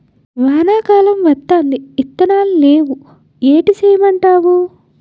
వానా కాలం వత్తాంది ఇత్తనాలు నేవు ఏటి సేయమంటావు